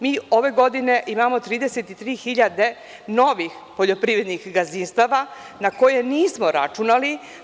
Mi ove godine imamo 33.000 novih poljoprivrednih gazdinstava, na koje nismo računali.